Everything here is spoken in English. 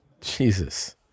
Jesus